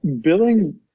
billing